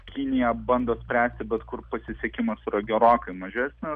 kinija bando spręsti bet kur pasisekimas yra gerokai mažesnis